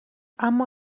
اما